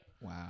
Wow